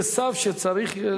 לא, יש איזה סף שצריך להפסיק.